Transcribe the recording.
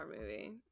movie